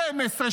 12,